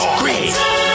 great